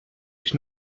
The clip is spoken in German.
ich